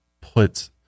put